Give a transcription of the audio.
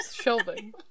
shelving